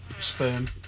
sperm